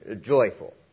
joyful